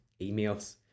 emails